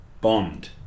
Bond